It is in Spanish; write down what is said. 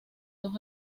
dos